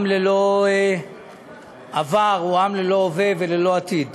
עם ללא עבר הוא עם ללא הווה וללא עתיד.